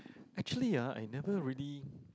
actually ah I never really